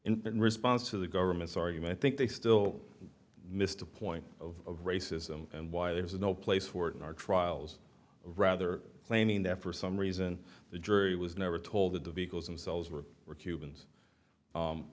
in response to the government's argument think they still missed the point of racism and why there is no place for it in our trials rather claiming there for some reason the jury was never told that the vehicles themselves were were cubans